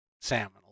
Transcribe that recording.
salmon